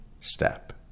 step